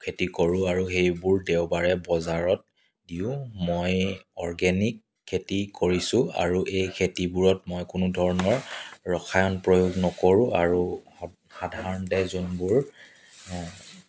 খেতি কৰোঁ আৰু সেইবোৰ দেওবাৰে বজাৰত দিওঁ মই অৰ্গেনিক খেতি কৰিছোঁ আৰু এই খেতিবোৰত মই কোনো ধৰণৰ ৰসায়ন প্ৰয়োগ নকৰোঁ আৰু সাধাৰণতে যোনবোৰ